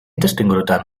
testuingurutan